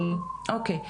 אוקיי.